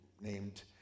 named